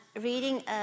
reading